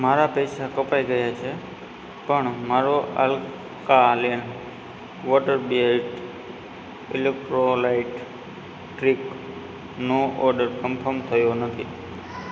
મારા પૈસા કપાઈ ગયા છે પણ મારો અલ્કાલેન વોટરબેઝ્ડ ઇલેક્ટ્રોલાઈટ ડ્રીંકનો ઓર્ડર કન્ફર્મ થયો નથી